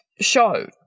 show